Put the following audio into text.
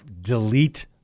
delete